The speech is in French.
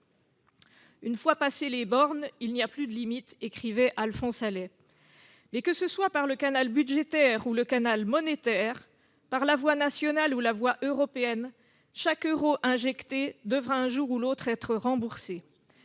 « Une fois qu'on a passé les bornes, il n'y a plus de limites », écrivait Alphonse Allais. Mais que ce soit par le canal budgétaire ou le canal monétaire, par la voie nationale ou la voie européenne, chaque euro injecté devra un jour ou l'autre être remboursé.